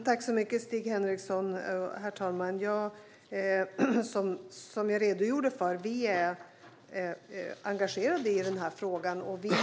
Herr talman! Tack, Stig Henriksson! Som jag redogjorde för är vi engagerade i den här frågan.